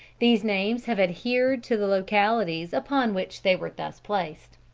these names have adhered to the localities upon which they were thus placed.